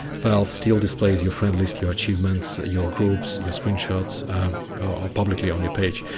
valve still displays your friend list, your achievements, your groups, your screenshots, are publicly on your page.